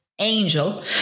Angel